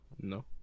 No